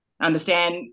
understand